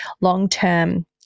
long-term